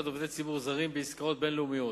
עובדי ציבור זרים בעסקאות בין-לאומיות.